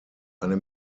eine